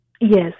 Yes